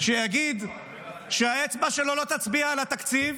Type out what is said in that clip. שיגיד שהאצבע שלו לא תצביע על התקציב